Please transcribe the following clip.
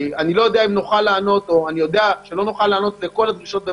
לא נוכל לענות לכל הדרישות,